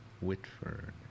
Whitford